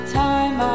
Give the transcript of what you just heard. time